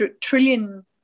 trillion